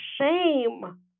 shame